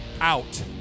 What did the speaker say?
out